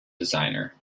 designer